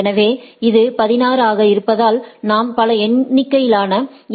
எனவே இது 16 ஆக இருப்பதால் நாம் பல எண்ணிக்கையிலான எ